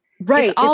right